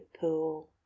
pool